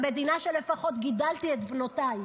למדינה שלפחות גידלתי בה את בנותיי.